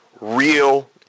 real